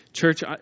Church